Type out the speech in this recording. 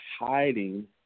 hiding